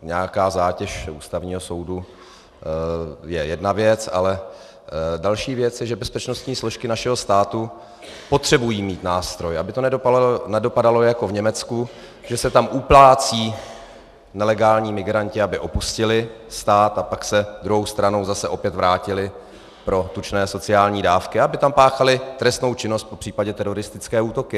Nějaká zátěž Ústavního soudu je jedna věc, ale další věc je, že bezpečnostní složky našeho státu potřebují mít nástroj, aby to nedopadalo jako v Německu, že se tam uplácí nelegální migranti, aby opustili stát, a pak se druhou stranou zase opět vrátili pro tučné sociální dávky a aby tam páchali trestnou činnost, popřípadě teroristické útoky.